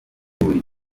buri